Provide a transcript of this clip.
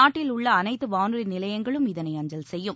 நாட்டில் உள்ள அனைத்து வானொலி நிலையங்களும் இதனை அஞ்சல் செய்யும்